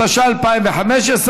התשע"ה 2015,